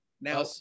Now